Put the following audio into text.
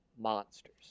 monsters